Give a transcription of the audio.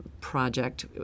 project